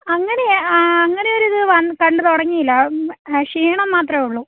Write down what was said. അങ്ങനെ അങ്ങനെ ഒരിത് വ കണ്ട് തുടങ്ങിയില്ല ക്ഷീണം മാത്രമേ ഉള്ളൂ